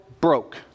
broke